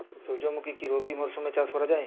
সুর্যমুখী কি রবি মরশুমে চাষ করা যায়?